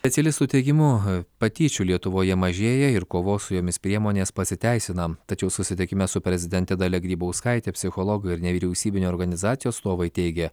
specialistų teigimu patyčių lietuvoje mažėja ir kovos su jomis priemonės pasiteisina tačiau susitikime su prezidente dalia grybauskaite psichologų ir nevyriausybinių organizacijų atstovai teigė